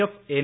F N